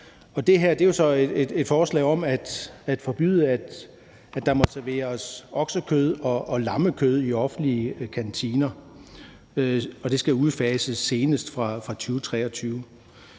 det her er så et forslag om at forbyde, at der må serveres oksekød og lammekød i offentlige kantiner, og at det skal udfases senest fra 2023.